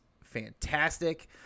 fantastic